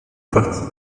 parti